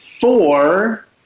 four